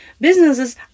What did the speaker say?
businesses